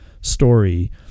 story